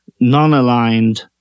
non-aligned